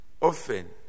often